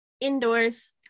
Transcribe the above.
Indoors